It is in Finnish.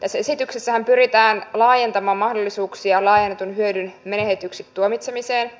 tässä esityksessähän pyritään laajentamaan mahdollisuuksia laajennetun hyödyn menetetyksi tuomitsemiseen